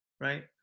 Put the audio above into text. right